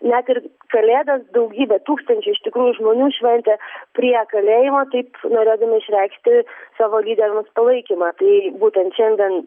net ir kalėdas daugybė tūkstančių iš tikrųjų žmonių šventė prie kalėjimo taip norėdami išreikšti savo rytdienos palaikymą tai būtent šiandien